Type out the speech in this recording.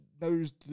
knows